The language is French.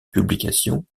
publication